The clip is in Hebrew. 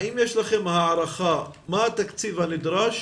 האם יש לכם הערכה מה התקציב הנדרש